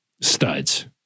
studs